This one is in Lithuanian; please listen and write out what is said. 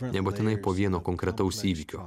nebūtinai po vieno konkretaus įvykio